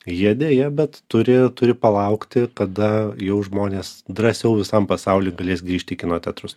jie deja bet turi turi palaukti kada jau žmonės drąsiau visam pasauly galės grįžti į kino teatrus